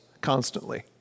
constantly